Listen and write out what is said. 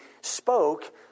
spoke